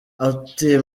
ati